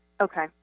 Okay